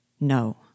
No